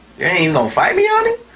you aint gonna fight me on it?